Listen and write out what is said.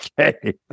Okay